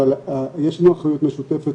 אבל יש לנו אחריות משותפת,